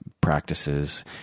practices